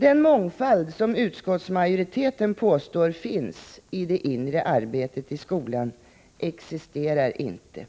Den mångfald som utskottsmajoriteten påstår finns i det inre arbetet i skolan existerar inte.